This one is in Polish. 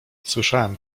słyszałem